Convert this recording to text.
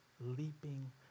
leaping